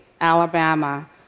Alabama